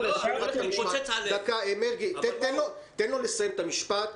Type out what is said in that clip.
הוא חייב שתהיה לו עילה משפטית.